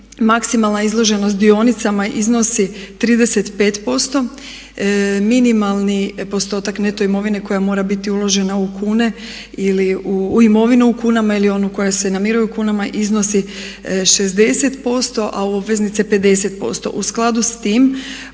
maksimalna izloženost dionicama iznosi 35%. minimalni postotak neto imovine koja mora biti uložena u kune ili u imovinu u kunama ili ona koja se namiruje u kunama iznosi 60%, a obveznice 50%.